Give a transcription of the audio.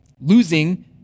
losing